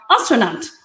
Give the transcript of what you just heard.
astronaut